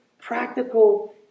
practical